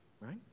right